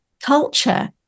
culture